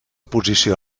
posició